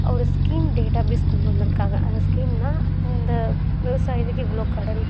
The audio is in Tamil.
ஒரு ஸ்கீம் டேட்டாபேஸ் கொண்டு வந்திருக்காங்க ஸ்கீம்னால் இந்த விவசாயத்துக்கு இவ்வளோ கடன்